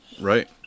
Right